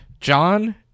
John